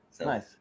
Nice